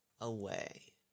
away